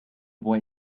boy